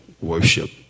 worship